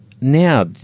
Now